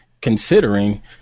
Considering